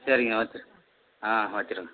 சரிங்க வச்சிருங்க ஆ வைச்சிருங்க